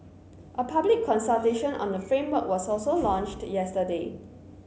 a public consultation on the framework was also launched yesterday